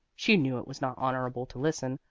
she knew it was not honorable to listen,